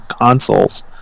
consoles